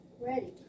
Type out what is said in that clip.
Ready